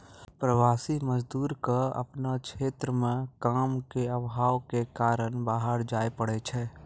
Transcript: प्रवासी मजदूर क आपनो क्षेत्र म काम के आभाव कॅ कारन बाहर जाय पड़ै छै